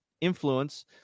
influence